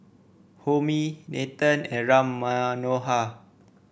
Homi Nathan and Ram Manohar